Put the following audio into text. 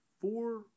four